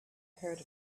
heard